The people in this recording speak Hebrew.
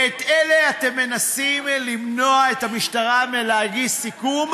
ועל אלה אתם מנסים למנוע מהמשטרה להגיש סיכום,